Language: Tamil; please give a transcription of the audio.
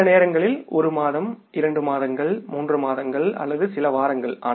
சில நேரங்களில் ஒரு மாதம் இரண்டு மாதங்கள் மூன்று மாதங்கள் அல்லது ஒரு சில வாரங்களும்